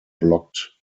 blocked